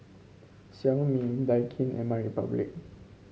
Xiaomi Daikin and MyRepublic